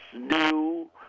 new